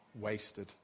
wasted